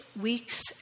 weeks